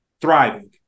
thriving